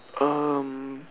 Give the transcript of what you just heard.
um